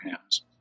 hands